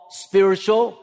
spiritual